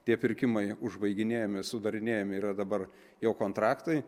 tie pirkimai užbaiginėjami sudarinėjami yra dabar jau kontraktai